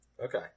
Okay